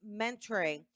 Mentoring